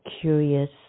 curious